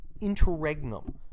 interregnum